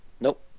Nope